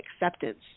acceptance